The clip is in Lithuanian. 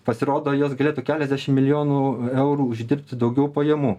pasirodo jos galėtų keliasdešim milijonų eurų uždirbti daugiau pajamų